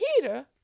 Peter